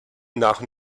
nach